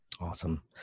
Awesome